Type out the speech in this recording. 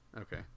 Okay